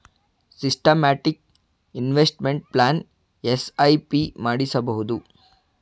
systematic investment plan SIP ಮಾಡಿಸಬಹುದು